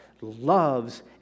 loves